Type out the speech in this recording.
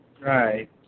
Right